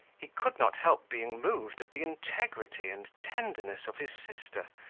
he could not help being moved at the integrity and tenderness of his sister,